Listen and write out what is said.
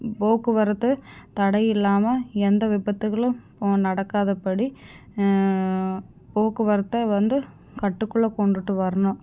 போக்குவரத்து தடையில்லாமல் எந்த விபத்துகளும் நடக்காத படி போக்குவரத்தை வந்து கட்டுக்குள்ளே கொண்டுட்டு வரணும்